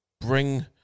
bring